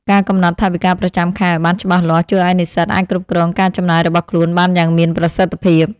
ការកំណត់ថវិកាប្រចាំខែឱ្យបានច្បាស់លាស់ជួយឱ្យនិស្សិតអាចគ្រប់គ្រងការចំណាយរបស់ខ្លួនបានយ៉ាងមានប្រសិទ្ធភាព។